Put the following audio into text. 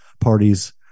parties